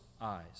eyes